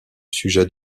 sujet